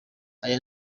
aya